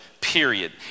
period